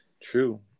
True